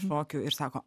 šokių ir sako